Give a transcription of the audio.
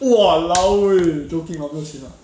!walao! eh joking lah 没有钱 lah